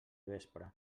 vespre